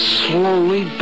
slowly